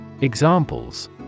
Examples